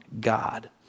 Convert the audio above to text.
God